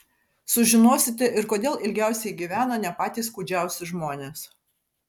sužinosite ir kodėl ilgiausiai gyvena ne patys kūdžiausi žmonės